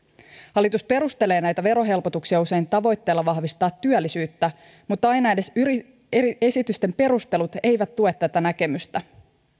hallitus perustelee näitä verohelpotuksia usein tavoitteella vahvistaa työllisyyttä mutta aina edes esitysten perustelut eivät tue tätä näkemystä